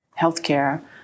healthcare